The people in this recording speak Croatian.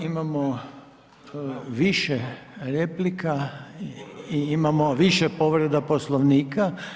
Imamo više replika i imamo više povreda Poslovnika.